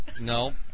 No